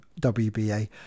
WBA